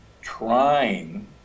trying